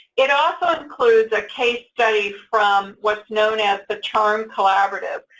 it also includes a case study from what's known as the charm collaborative.